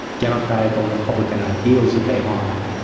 democratic or republican ideals that they harm.